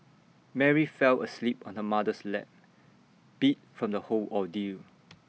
Mary fell asleep on her mother's lap beat from the whole ordeal